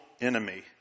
enemy